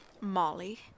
Molly